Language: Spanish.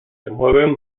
mueven